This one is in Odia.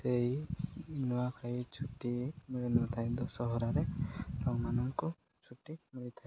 ସେଇ ନୂଆଖାଇ ଛୁଟି ମିଳି ନଥାଏ ଦଶହରାରେ ଲୋକମାନଙ୍କୁ ଛୁଟି ମିଳିଥାଏ